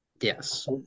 Yes